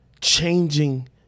changing